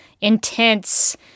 intense